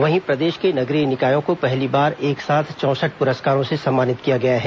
वहीं प्रदेश के नगरीय निकायों को पहली बार एक साथ चौंसठ पुरस्कारों से सम्मानित किया गया है